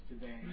today